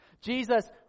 Jesus